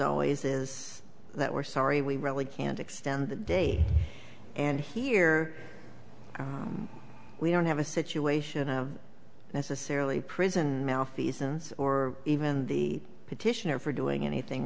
always is that we're sorry we really can't extend the day and here we don't have a situation necessarily prison malfeasance or even the petitioner for doing anything